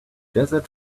desert